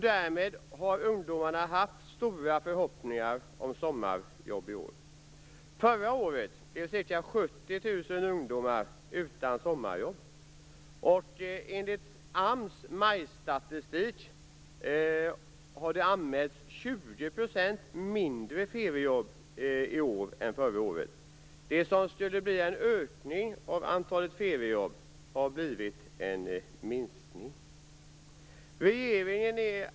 Därmed har ungdomarna haft stora förhoppningar om sommarjobb i år. färre feriejobb i år än förra året. Det som skulle bli en ökning av antalet feriejobb har blivit en minskning.